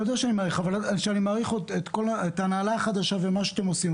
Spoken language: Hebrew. אתה יודע שאני מעריך את ההנהלה החדשה ואת מה שאתם עושים,